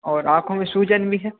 और आँखों में सूजन भी है